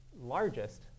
largest